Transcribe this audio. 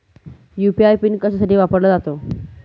UPI PIN कशासाठी वापरला जातो?